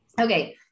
Okay